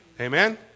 Amen